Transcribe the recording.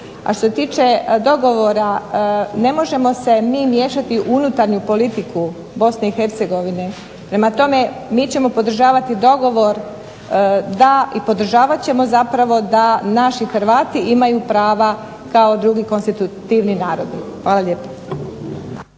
A što se tiče dogovora, ne možemo se mi miješati u unutarnju politiku BiH, prema tome mi ćemo podržavati dogovor i podržavat ćemo zapravo da naši Hrvati imaju prava kao drugi konstitutivni narodi. Hvala lijepa.